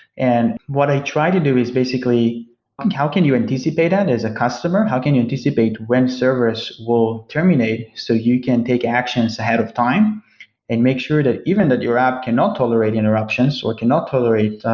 and what i tried to do is basically and how can you anticipate that as a customer? how can you anticipate when servers will terminate so you can take actions ahead of time and make sure that even that your app cannot tolerate interruptions or cannot tolerate,